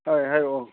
ꯍꯣꯏ ꯍꯥꯏꯔꯛꯑꯣ